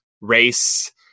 race